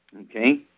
okay